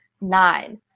nine